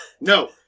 No